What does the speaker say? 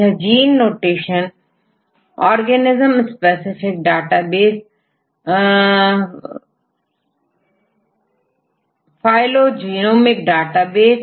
यह genome notation organism specific database फाइलों genomic database